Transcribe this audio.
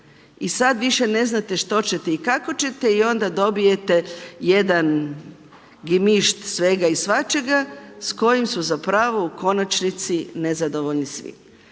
i sad više ne znate što ćete i kako ćete i onda dobijete jedan gemišt svega i svačega s kojim su zapravo u konačnici nezadovoljni svi.